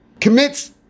Commits